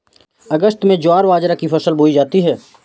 अगस्त में ज्वार बाजरा की फसल बोई जाती हैं